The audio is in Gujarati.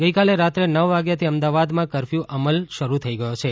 ગઈકાલે રાત્રે નવ વાગ્યાથી અમદાવાદમાં કરફ્યું અમલ શરૂ થઈ ગયો છે